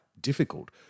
difficult